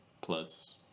plus